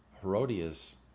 Herodias